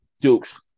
Dukes